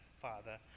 Father